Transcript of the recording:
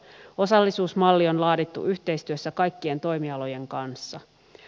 osallisuusmalli on laadittu yhteistyössä kaikkien toimialojen kanssa